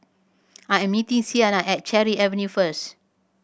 I am meeting Sienna at Cherry Avenue first